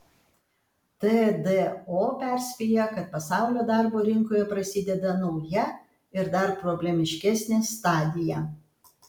tdo perspėja kad pasaulio darbo rinkoje prasideda nauja ir dar problemiškesnė stadija